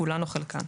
כולן או חלקן,